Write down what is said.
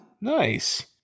Nice